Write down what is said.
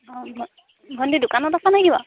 অঁ ভণ্টি দোকানত আছা নেকি বাৰু